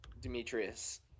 Demetrius